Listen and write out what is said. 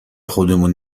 خودمون